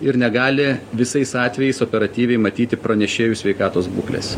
ir negali visais atvejais operatyviai matyti pranešėjų sveikatos būklės